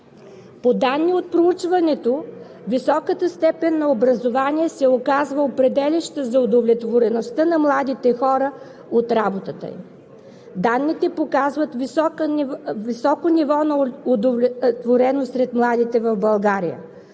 По данни от проучването високата степен на образование се оказва определяща за удовлетвореността на младите хора от работата им. Данните показват високо ниво на удовлетвореност сред младите в България.